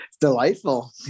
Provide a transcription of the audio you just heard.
delightful